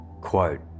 Quote